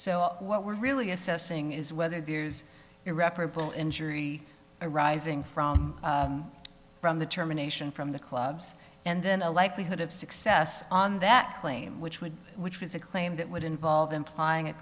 so what we're really assessing is whether the irreparable injury arising from from the termination from the clubs and then a likelihood of success on that claim which would which is a claim that would involve implying